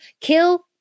kill